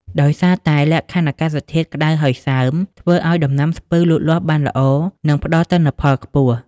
ដោយសារតែលក្ខខណ្ឌអាកាសធាតុក្ដៅហើយសើម ធ្វើឱ្យដំណាំស្ពឺលូតលាស់បានល្អ និងផ្ដល់ទិន្នផលខ្ពស់។